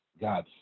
God